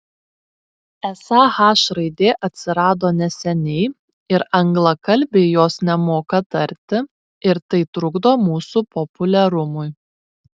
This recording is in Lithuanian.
esą h raidė atsirado neseniai ir anglakalbiai jos nemoka tarti ir tai trukdo mūsų populiarumui